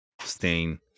stain